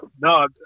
No